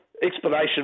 explanation